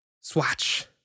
Swatch